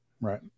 Right